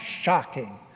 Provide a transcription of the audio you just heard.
shocking